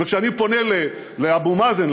וכשאני פונה לאבו מאזן,